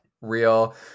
real